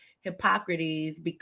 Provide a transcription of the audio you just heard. Hippocrates